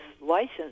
license